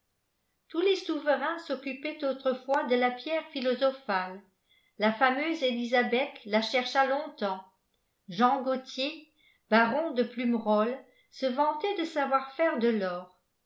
tous les souverains s'occupaient autrefois de la pierre phiïosophale la fameuse elisabeth la chercha longtemps jean gauthier baron de plumeroues se vantait de savoir faire de l'or